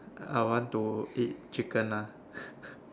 I want to eat chicken ah